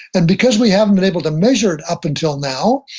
and because we haven't been able to measure it up until now,